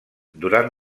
durant